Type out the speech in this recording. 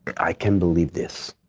i can't believe this.